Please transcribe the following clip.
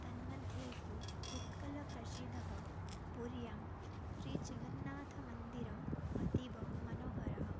तन्मध्येषु उत्कलः प्रसिद्धः पुर्यां श्रीजगन्नाथमन्दिरम् अतीव मनोहरं